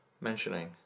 mentioning